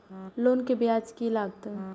Loan के ब्याज की लागते?